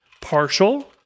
partial